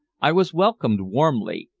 i was welcomed warmly,